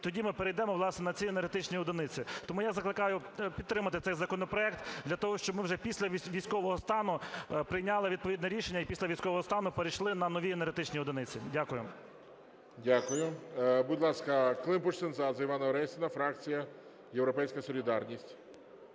тоді ми перейдемо, власне, на ці енергетичні одиниці. Тому я закликаю підтримати цей законопроект для того, щоб ми вже після військового стану прийняли відповідне рішення - і після військового стану перейшли на нові енергетичні одиниці. Дякую. ГОЛОВУЮЧИЙ. Дякую. Будь ласка, Климпуш-Цинцадзе Іванна Орестівна, фракція "Європейська солідарність".